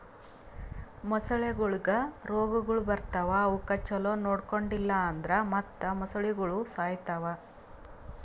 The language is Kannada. ಮೊಸಳೆಗೊಳಿಗ್ ರೋಗಗೊಳ್ ಬರ್ತಾವ್ ಅವುಕ್ ಛಲೋ ನೊಡ್ಕೊಂಡಿಲ್ ಅಂದುರ್ ಮತ್ತ್ ಮೊಸಳೆಗೋಳು ಸಾಯಿತಾವ್